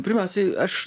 pirmiausiai aš